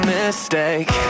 mistake